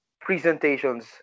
presentations